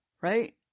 right